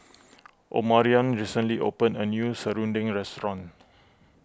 Omarion recently opened a new Serunding restaurant